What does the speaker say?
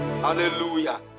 Hallelujah